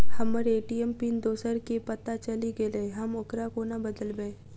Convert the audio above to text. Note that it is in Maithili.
हम्मर ए.टी.एम पिन दोसर केँ पत्ता चलि गेलै, हम ओकरा कोना बदलबै?